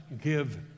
give